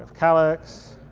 calix